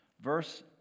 verse